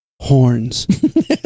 Horns